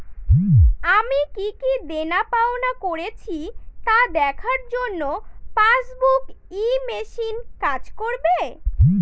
আমি কি কি দেনাপাওনা করেছি তা দেখার জন্য পাসবুক ই মেশিন কাজ করবে?